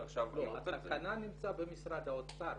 התקנה נמצאת במשרד האוצר,